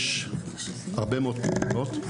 יש הרבה מאוד פעולות שיכולות לעשות,